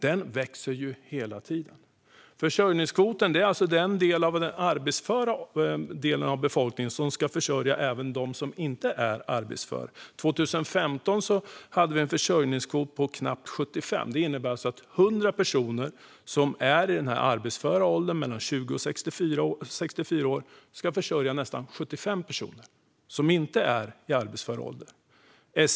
Den växer hela tiden. Försörjningskvoten är den arbetsföra delen av befolkningen som ska försörja även dem som inte är arbetsföra. År 2015 hade Sverige en försörjningskvot på knappt 75, vilket innebar att 100 personer i arbetsför ålder, alltså mellan 20 och 64 år, ska försörja 75 personer som inte är i arbetsför ålder.